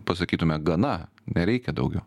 pasakytume gana nereikia daugiau